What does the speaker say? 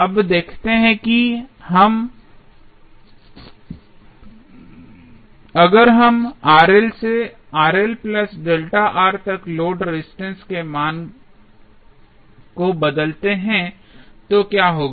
अब देखते हैं अगर हम से तक लोड रेजिस्टेंस के मान को बदलते हैं तो क्या होगा